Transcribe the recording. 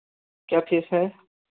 क्या फीस है